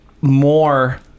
more